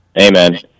Amen